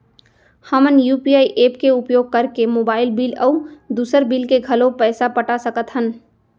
हमन UPI app के उपयोग करके मोबाइल बिल अऊ दुसर बिल के घलो पैसा पटा सकत हन